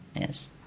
yes